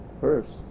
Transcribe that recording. first